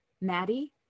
Maddie